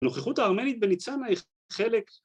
ה‫נוכחות הארמנית בניצנה היא חלק...